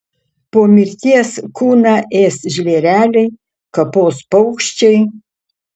po mirties kūną ės žvėreliai kapos paukščiai